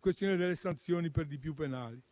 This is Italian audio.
con delle sanzioni, per di più penali.